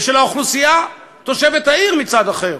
ושל האוכלוסייה תושבת העיר מצד אחר.